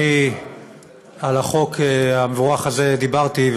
אני על החוק המבורך הזה דיברתי,